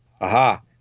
Aha